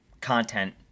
content